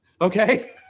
okay